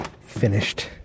finished